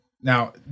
Now